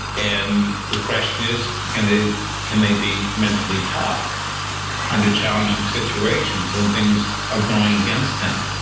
and the question is, can they can they be mentally tough under challenging situations when things are going against them.